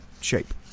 shape